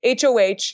HOH